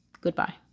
goodbye